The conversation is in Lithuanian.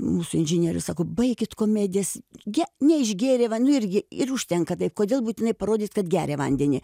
mūsų inžinierius sako baikit komedijas ge neišgėrė va nu irgi ir užtenka tai kodėl būtinai parodyt kad geria vandenį